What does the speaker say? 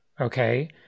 Okay